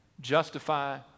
Justify